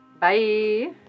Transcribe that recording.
bye